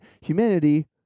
humanity